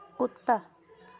ਕੁੱਤਾ